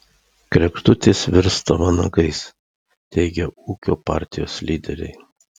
kregždutės virsta vanagais teigia ūkio partijos lyderiai